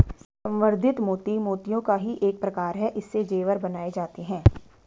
संवर्धित मोती मोतियों का ही एक प्रकार है इससे जेवर बनाए जाते हैं